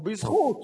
או בזכות,